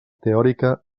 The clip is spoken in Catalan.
teòrica